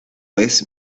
vez